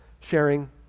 sharing